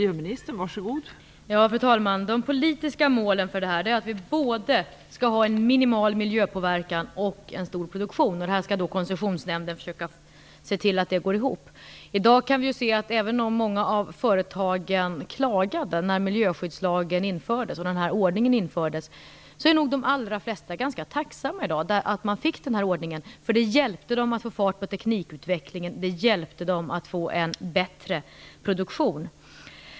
Fru talman! De politiska målen för det här är att vi skall ha både en minimal miljöpåverkan och en stor produktion. Koncessionsnämnden skall försöka se till att det går ihop. I dag kan vi se att även om många av företagen klagade när miljöskyddslagen och den här ordningen infördes är de allra flesta ganska tacksamma i dag för att man fick den här ordningen. Det hjälpte dem att få fart på teknikutvecklingen och att få en bättre produktion.